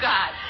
God